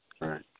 right